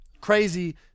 crazy